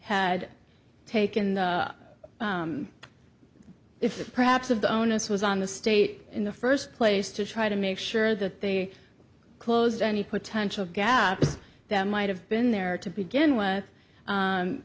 had taken the if perhaps of the onus was on the state in the first place to try to make sure that they closed any potential gabs that might have been there to begin with